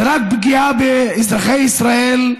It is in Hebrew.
זו רק פגיעה באזרחי ישראל,